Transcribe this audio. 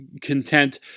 content